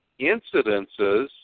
incidences